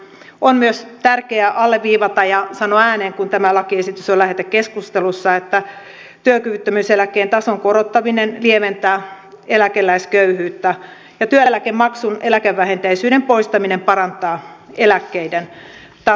on myös tärkeää alleviivata ja sanoa ääneen kun tämä lakiesitys on lähetekeskustelussa että työkyvyttömyyseläkkeen tason korottaminen lieventää eläkeläisköyhyyttä ja työeläkemaksun eläkevähenteisyyden poistaminen parantaa eläkkeiden tasoa